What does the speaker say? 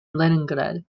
leningrad